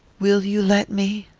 will you let me?